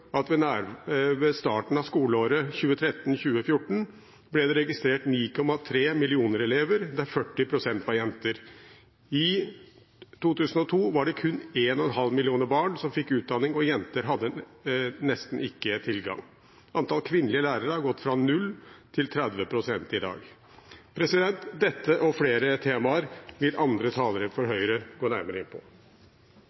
det ved starten av skoleåret 2013–2014 ble registrert 9,3 millioner elever, der 40 pst. var jenter. I 2002 var det kun 1,5 millioner barn som fikk utdanning, og jenter hadde nesten ikke tilgang. Antall kvinnelige lærere har gått fra 0 til 30 pst. i dag. Dette og flere temaer vil andre talere fra Høyre gå nærmere inn på. La meg aller først uttrykke min respekt og sorg for